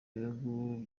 bihugu